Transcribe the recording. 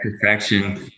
perfection